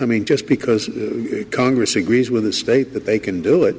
i mean just because congress agrees with the state that they can do it